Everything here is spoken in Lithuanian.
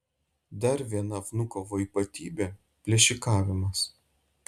dar viena vnukovo ypatybė plėšikavimas